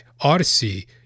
Odyssey